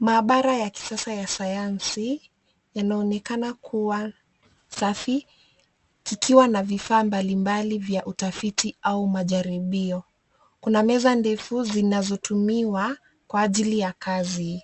Maabara ya kisasa ya sayansi yanaonekana kuwa safi, kukiwa na vifaa mbalimbali vya utafiti au majaribio. Kuna meza ndefu zinazotumiwa kwa ajili ya kazi.